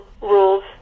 rules